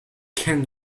can